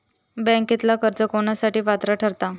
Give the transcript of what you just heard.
बँकेतला कर्ज कोणासाठी पात्र ठरता?